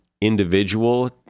individual